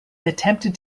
attempted